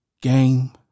game